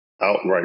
Outright